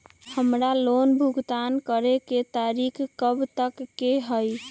हमार लोन भुगतान करे के तारीख कब तक के हई?